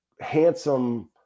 handsome